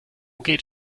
geht